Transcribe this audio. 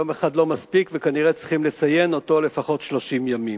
יום אחד לא מספיק וכנראה צריכים לציין אותו לפחות 30 ימים,